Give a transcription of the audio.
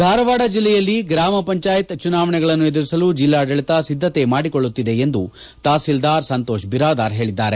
ಧಾರವಾಡ ಜಿಲ್ಲೆಯಲ್ಲಿ ಗ್ರಾಮ ಪಂಚಾಯತ್ ಚುನಾವಣೆಗಳನ್ನು ಎದುರಿಸಲು ಜಿಲ್ಲಾಡಳಿತ ಸಿದ್ದತೆ ಮಾಡಿಕೊಳ್ಳುತ್ತಿದೆ ಎಂದು ತಹಸಿಲ್ದಾರ್ ಸಂತೋಷ್ ಬಿರಾದಾರ ಹೇಳಿದ್ದಾರೆ